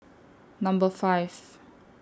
Number five